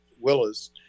Willis